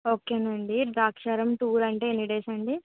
okay అండి Draksharam tour అంటే ఎన్ని డేస్ అండి